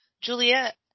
Juliet